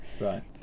Right